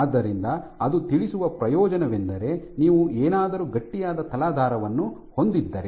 ಆದ್ದರಿಂದ ಅದು ತಿಳಿಸುವ ಪ್ರಯೋಜನವೆಂದರೆ ನೀವು ಏನಾದರೂ ಗಟ್ಟಿಯಾದ ತಲಾಧಾರವನ್ನು ಹೊಂದಿದ್ದರೆ